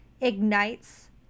ignites